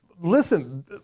listen